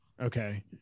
Okay